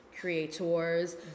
creators